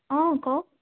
অঁ কওক